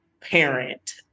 parent